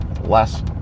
less